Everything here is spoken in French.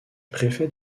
préfet